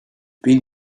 been